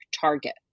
target